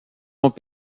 ont